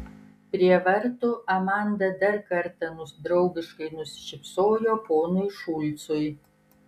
prie vartų amanda dar kartą draugiškai nusišypsojo ponui šulcui